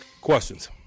questions